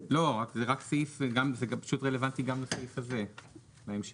לא, זה פשוט רלוונטי גם לסעיף הזה להמשך,